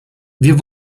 wir